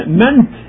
meant